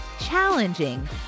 challenging